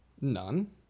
None